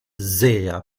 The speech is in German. sehr